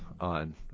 on